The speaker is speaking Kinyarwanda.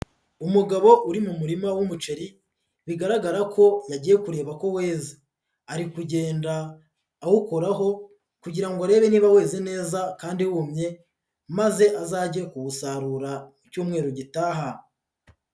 Umugabo uri mu murima w'umuceri, bigaragara ko yagiye kureba ko weze, ari kugenda awukoraho kugira ngo arebe niba weze neza kandi wumye maze azajye kuwusarura mu cyumweru gitaha.